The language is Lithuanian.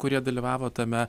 kurie dalyvavo tame